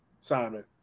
Simon